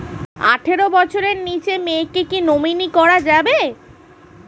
আঠারো বছরের নিচে মেয়েকে কী নমিনি করা যাবে?